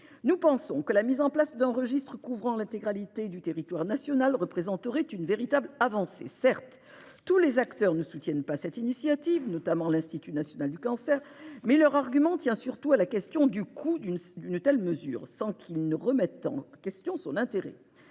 Nous pensons que l'instauration d'un registre couvrant l'intégralité du territoire national représenterait une véritable avancée. Certes, tous les acteurs ne soutiennent pas cette initiative, les responsables de l'INCa au premier chef, mais leur argument tient surtout à la question du coût d'une telle mesure, sans qu'ils remettent en question son intérêt.